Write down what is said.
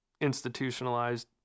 institutionalized